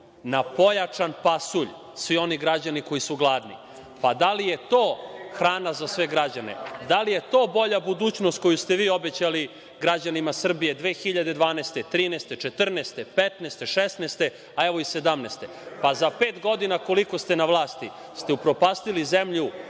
na pojačan pasulj svi oni građani koji su gladni. Pa, da li je to hrana za sve građane? Da li je to bolja budućnost koju ste vi obećali građanima Srbije 2012, 2013, 2014, 2015, 2016, a evo i 2017. godine? Pa, za pet godina koliko ste na vlasti upropastili ste zemlju